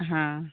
ᱦᱮᱸ